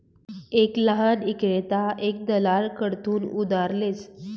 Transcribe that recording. एक लहान ईक्रेता एक दलाल कडथून उधार लेस